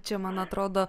čia man atrodo